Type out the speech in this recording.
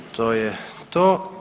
To je to.